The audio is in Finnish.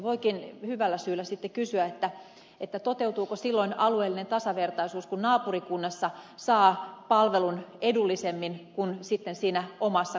voikin hyvällä syyllä sitten kysyä toteutuuko silloin alueellinen tasavertaisuus kun naapurikunnassa saa palvelun edullisemmin kuin siinä omassa kotikunnassa